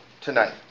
tonight